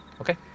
okay